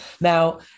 Now